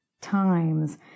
times